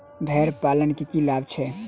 भेड़ पालन केँ की लाभ छै?